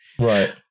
Right